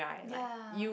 ya